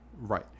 Right